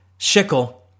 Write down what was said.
Shickle